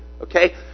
Okay